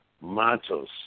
Matos